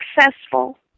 successful